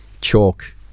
chalk